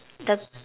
the